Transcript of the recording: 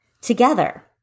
together